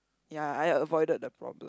ya I avoided the problem